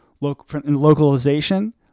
localization